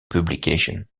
publication